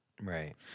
Right